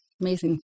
Amazing